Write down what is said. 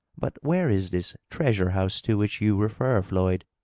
but where is this treasure-house to which you refer, floyd?